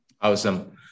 Awesome